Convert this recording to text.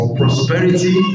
prosperity